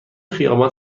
خیابان